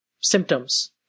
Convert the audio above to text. symptoms